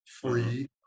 free